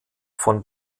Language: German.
von